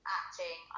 acting